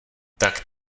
tak